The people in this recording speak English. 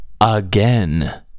again